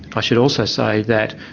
i should also say that,